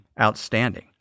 outstanding